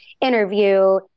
interview